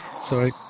Sorry